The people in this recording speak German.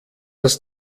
das